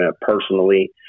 personally